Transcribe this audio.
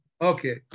okay